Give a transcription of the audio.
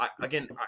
again